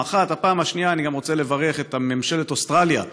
1. 2. אני גם רוצה לברך את ממשלת אוסטרליה,